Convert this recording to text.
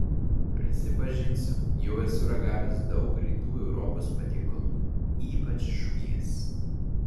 prisipažinsiu jau esu ragavęs daug rytų europos patiekalų ypač žuvies